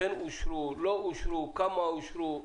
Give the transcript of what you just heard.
כן אושרו, לא אושרו, כמה אושרו.